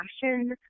fashion